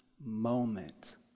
moment